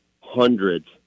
hundreds